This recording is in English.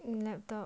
um laptop